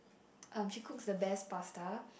um she cooks the best pasta